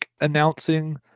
announcing